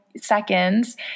seconds